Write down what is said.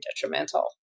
detrimental